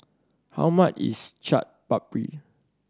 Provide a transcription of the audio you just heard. how much is Chaat Papri